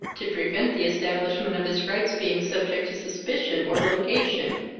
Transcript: to prevent the establishment of his rights being subject to suspicion or litigation.